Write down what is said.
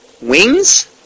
Wings